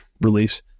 release